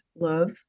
love